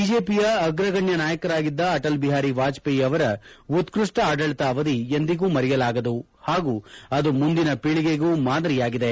ಬಿಜೆಪಿಯ ಅಗ್ರಗಣ್ಯ ನಾಯಕರಾಗಿದ್ದ ಅಟಲ್ ಬಿಹಾರಿ ವಾಜಪೇಯಿ ಅವರ ಉತ್ಪ್ವಷ್ಟ ಆಡಳಿತಾವಧಿ ಎಂದಿಗೂ ಮರೆಯಲಾಗದು ಹಾಗೂ ಅದು ಮುಂದಿನ ಪೀಳಿಗೆಗೂ ಮಾದರಿಯಾಗಿದೆ